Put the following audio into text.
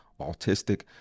autistic